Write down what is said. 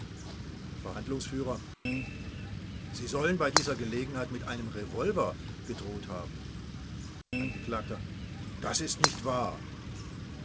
verhandlungsf sie sollen bei dieser gelegenheit mit einem revolver gedroht haben angekl das ist nicht wahr